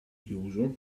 chiuso